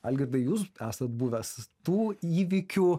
algirdai jūs esat buvęs tų įvykių